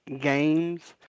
games